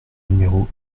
numéro